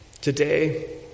Today